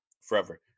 forever